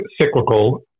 cyclical